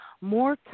more